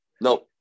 No